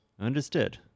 Understood